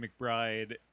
McBride